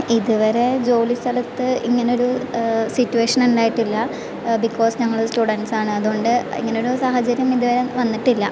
ഇതുവരെ ജോലി സ്ഥലത്തു ഇങ്ങനൊരു സിറ്റുവേഷൻ ഉണ്ടായിട്ടില്ല ബിക്കോസ് ഞങ്ങൾ സ്റ്റുഡന്റസാണ് അതുകൊണ്ട് ഇങ്ങനൊരു സാഹചര്യം ഇതുവരെ വന്നിട്ടില്ല